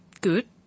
good